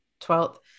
twelfth